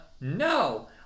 No